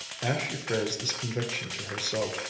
as she phrased this conviction to herself,